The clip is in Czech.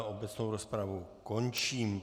Obecnou rozpravu končím.